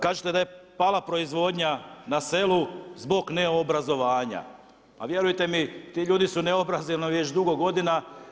Kažete da je pala proizvodnja na selu zbog neobrazovanja, a vjerujte mi ti ljudi su neobrazovani već dugo godina.